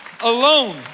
alone